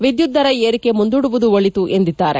ವಿದ್ಯುತ್ ದರ ಏರಿಕೆಯನ್ನು ಮುಂದೂದುವುದು ಒಳಿತು ಎಂದಿದ್ದಾರೆ